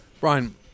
Brian